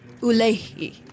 ulehi